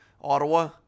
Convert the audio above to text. Ottawa